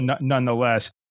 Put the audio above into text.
nonetheless